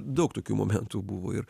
daug tokių momentų buvo ir